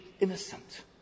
innocent